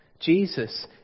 Jesus